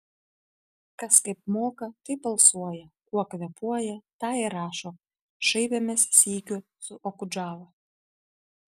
kas kaip moka taip alsuoja kuo kvėpuoja tą ir rašo šaipėmės sykiu su okudžava